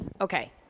Okay